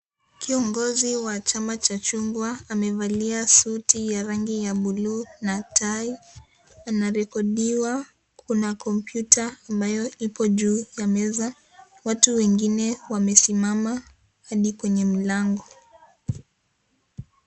Kiongozi wa chama cha chungwa amevalia suti ya rangi ya bluu na tai; anarekodiwa. Kuna kompyuta ambayo ipo juu ya meza. Watu wengine wamesimama hadi kwenye mlango.